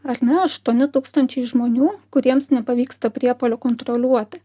ar ne aštuoni tūkstančiai žmonių kuriems nepavyksta priepuolių kontroliuoti